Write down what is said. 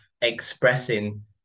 expressing